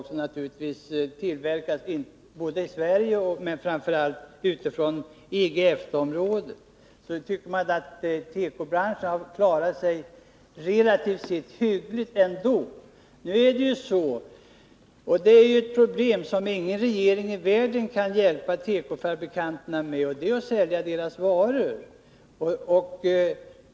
De tillverkas naturligtvis inte bara i Sverige utan framför allt också i EG-EFTA-området i övrigt. Med hänsyn till det har tekobranschen ändå klarat sig relativt hyggligt. Det är ett problem som ingen regering i världen kan hjälpa tekofabrikanterna med, nämligen att sälja deras varor.